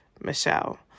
Michelle